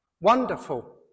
Wonderful